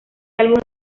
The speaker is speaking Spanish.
álbum